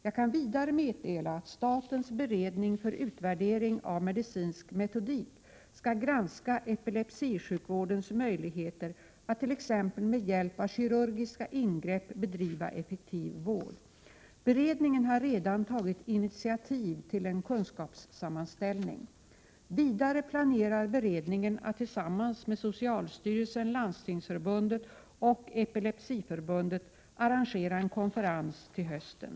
Jag kan vidare meddela att statens beredning för utvärdering av medicinsk metodik skall granska epilepsisjukvårdens möjligheter att t.ex. med hjälp av kirurgiska ingrepp bedriva effektiv vård. Beredningen har redan tagit initiativ till en kunskapssammanställning. Vidare planerar beredningen att tillsammans med socialstyrelsen, Landstingsförbundet och Epilepsiförbundet arrangera en konferens till hösten.